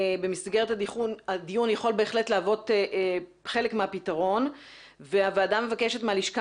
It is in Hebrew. במסגרת הדיון יכול בהחלט להוות חלק מהפתרון והוועדה מבקשת מהלשכה